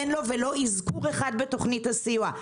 אין לו ולו אזכור אחד בתוכנית הסיוע.